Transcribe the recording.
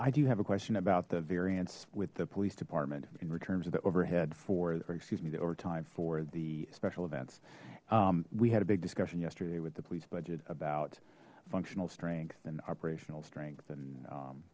i do have a question about the variance with the police department in returns of the overhead for excuse me the overtime for the special events we had a big discussion yesterday with the police budget about functional strength and operational strength and